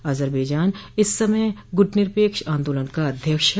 अजरबेजान इस समय गुटनिरपेक्ष आंदालन का अध्यक्ष है